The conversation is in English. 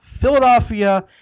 Philadelphia